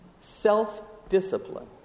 self-discipline